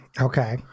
Okay